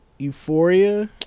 Euphoria